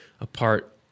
apart